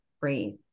breathe